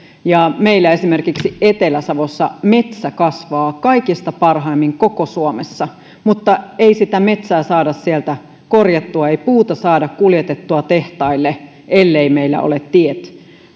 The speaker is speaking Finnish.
esimerkiksi meillä etelä savossa metsä kasvaa kaikista parhaimmin koko suomessa mutta ei sitä metsää saada sieltä korjattua ei puuta saada kuljetettua tehtaille elleivät meillä ole tiet